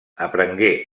aprengué